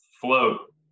float